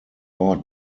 ort